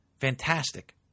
Fantastic